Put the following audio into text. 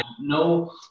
no